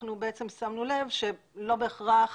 אנחנו שמנו לב שלא בהכרח